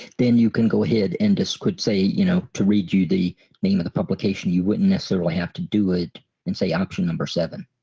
then you can go ahead and this could say you know to read you the name of the publication you wouldn't necessarily have to do it and say option number seven